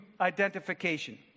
identification